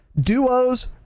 Duos